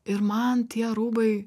ir man tie rūbai